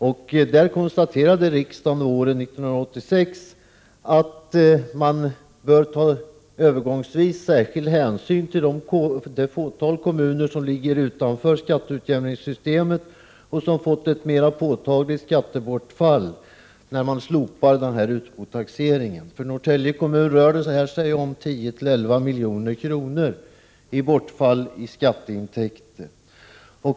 Riksdagen konstaterade år 1986 att man övergångsvis bör ta särskild hänsyn till de kommuner som ligger utanför skatteutjämningssystemet och som fått ett mera påtagligt skattebortfall när man slopade utbotaxeringen. För Norrtälje kommun rör det sig om ett bortfall av 10-11 milj.kr. i skatteintäkter.